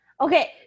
okay